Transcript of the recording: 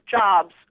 jobs